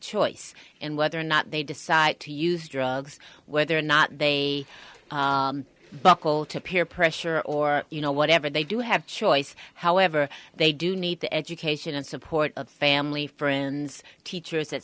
choice and whether or not they decide to use drugs whether or not they buckle to peer pressure or you know whatever they do have choice however they do need the education and support of family friends teachers et